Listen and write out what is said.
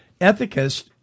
ethicist